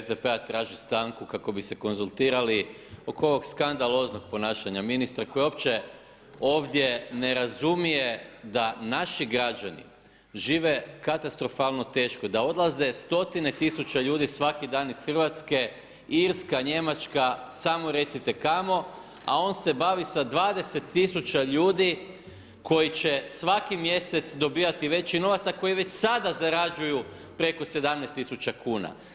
Klub zastupnika SDP-a traži stanku kako bi se konzultirali oko ovog skandaloznog ponašanja ministra koji opće ovdje ne razumije da naši građani žive katastrofalno teško, da odlaze stotine tisuća ljudi svake dan iz RH, Irska, Njemačka, samo recite kamo, a on se bavi sa 20 000 ljudi koji će svaki mjesec dobivati veći novac, a koji već sada zarađuju preko 17.000,00 kn.